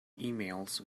emails